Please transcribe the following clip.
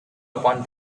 upon